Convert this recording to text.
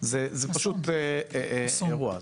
זה אירוע.